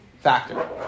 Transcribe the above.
factor